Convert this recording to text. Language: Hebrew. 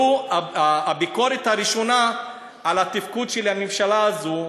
זו הביקורת הראשונה על התפקוד של הממשלה הזאת,